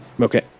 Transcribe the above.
Okay